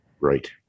right